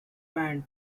band